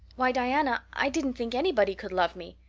why, diana, i didn't think anybody could love me.